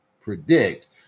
predict